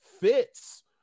fits